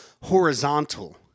horizontal